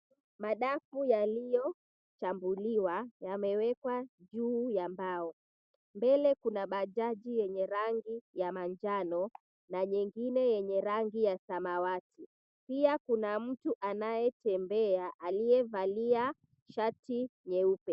Madafu yaliyochambuliwa yamewekwa juu ya mbao. Mbele kuna bajaji yenye rangi ya manjano na nyingine yenye rangi ya samawati. Pia kuna mtu anayetembea aliyevalia shati nyeupe.